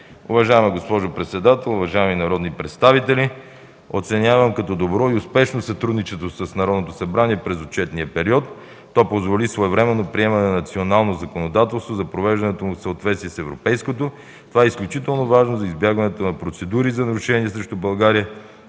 Уважаема госпожо председател, уважаеми народни представители! Оценявам като добро и успешно сътрудничеството с Народното събрание през отчетния период. То позволи своевременно приемане на национално законодателство за привеждането му в съответствие с европейското. Това е изключително важно за избягването на процедури за нарушение срещу България